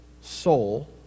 soul